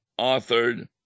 authored